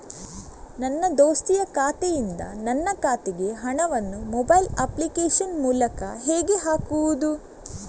ನನ್ನ ದೋಸ್ತಿಯ ಖಾತೆಯಿಂದ ನನ್ನ ಖಾತೆಗೆ ಹಣವನ್ನು ಮೊಬೈಲ್ ಅಪ್ಲಿಕೇಶನ್ ಮೂಲಕ ಹೇಗೆ ಹಾಕುವುದು?